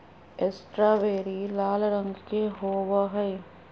strawberry लाल रंग के होव हई